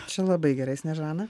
čia labai gerai sniežana